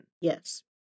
Yes